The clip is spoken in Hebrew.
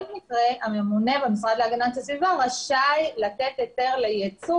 מקרה הממונה במשרד להגנת הסביבה רשאי לתת היתר לייצוא